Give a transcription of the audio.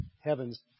Heavens